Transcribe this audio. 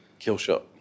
Killshot